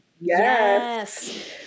Yes